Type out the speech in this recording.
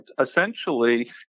essentially